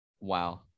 Wow